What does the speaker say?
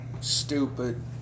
stupid